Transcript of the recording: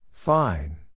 Fine